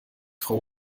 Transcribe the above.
frau